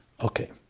Okay